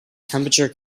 temperature